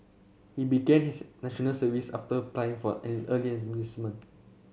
he began his National Service after applying for early enlistment